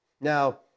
Now